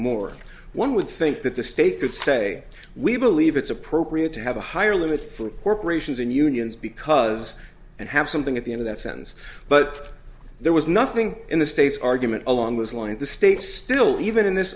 more one would think that the state could say we believe it's appropriate to have a higher limit for corporations and unions because and have something at the end of that sentence but there was nothing in the state's argument along those lines the state still even in this